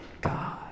God